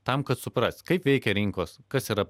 tam kad suprast kaip veikia rinkos kas yra